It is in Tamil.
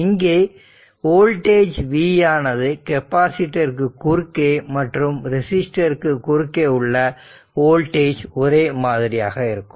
இங்கே வோல்டேஜ் V ஆனது கெப்பாசிட்டருக்கு குறுக்கே மற்றும் ரெசிஸ்டர்ருக்கு குறுக்கே உள்ள வோல்டேஜ் ஒரே மாதிரியாக இருக்கும்